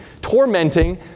tormenting